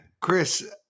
Chris